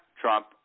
Trump